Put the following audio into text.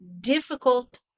difficult